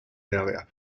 area